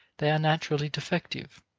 they are naturally defective,